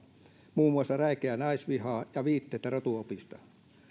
muun muassa räikeää naisvihaa ja viitteitä rotuopista